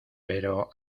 pero